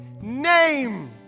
name